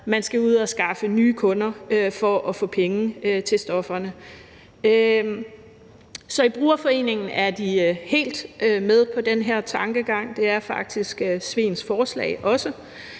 man skal ud og skaffe nye kunder for at få penge til stofferne. Så i BrugerForeningen er de helt med på den her tankegang. Det er faktisk også Svens forslag.